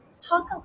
talk